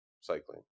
cycling